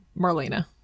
Marlena